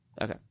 Okay